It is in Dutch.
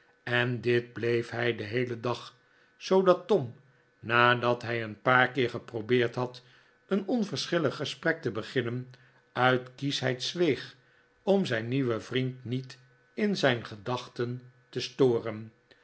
en dit bleef hij den heelen dag zoodat tom nadat hij een paar keer geprobeerd had een onverschillig gesprek te beginnen uit kieschheid zweeg om zijn nieuwen vriend niet in zijn gedachten te storen